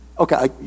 Okay